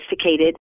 sophisticated